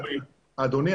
אדוני,